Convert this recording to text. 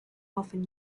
often